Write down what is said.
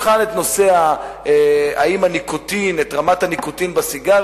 יבחן את רמת הניקוטין בסיגריות,